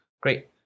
great